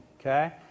Okay